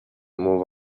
move